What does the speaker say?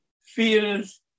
feels